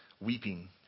weeping